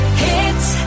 hits